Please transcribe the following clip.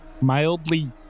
mildly